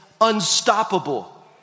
unstoppable